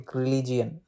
religion